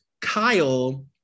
Kyle